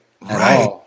right